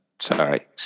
Sorry